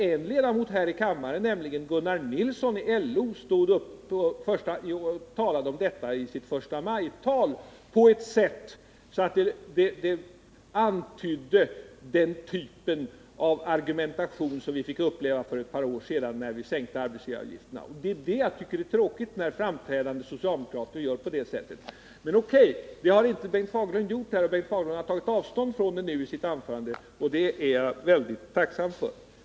En ledamot här i kammaren, nämligen Gunnar Nilsson i LO, talade om detta i sitt första maj-tal på ett sätt som antydde den typen av argumentation som vi fick uppleva för ett par år sedan när vi sänkte arbetsgivaravgifterna. Jag tycker det är tråkigt när framträdande socialdemokrater gör på det sättet. Men, O.K., det har inte Bengt Fagerlund gjort, och han har tagit avstånd från det i sitt anförande. Det är jag mycket tacksam för.